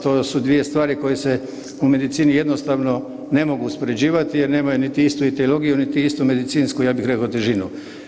To su dvije stvari koje se u medicini jednostavno ne mogu uspoređivati jer nemaju niti istu etiologiju niti istu medicinsku ja bih rekao težinu.